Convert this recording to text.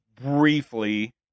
Briefly